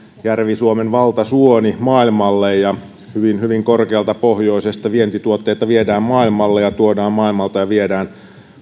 järvi suomen valtasuoni maailmalle ja hyvin hyvin korkealta pohjoisesta vientituotteita viedään maailmalle ja tuodaan maailmalta ja viedään